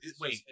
Wait